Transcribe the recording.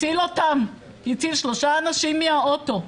הציל שלושה אנשים מהאוטו.